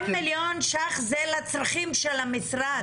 מיליון שקלים זה לצרכים של המשרד.